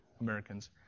Americans